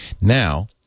Now